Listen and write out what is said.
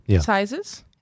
sizes